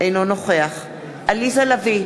אינו נוכח עליזה לביא,